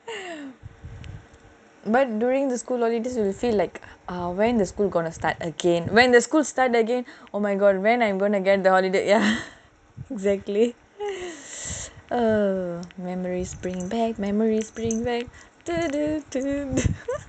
but during the school holidays you will feel like when the school gonna start again when the school started again oh my god when am I gonna get my holiday ya exactly memory brings back memory bring back